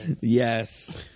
Yes